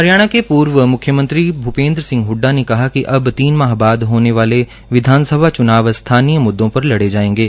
हरियाणा के पूर्व मुख्यमंत्री भूपेन्द्र सिंह हुड्डा ने कहा कि अब तीन माह बाद होने वाले विधानसभा चुनाव स्थानीय मुद्दों पर लड़े जाएंगे